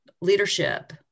leadership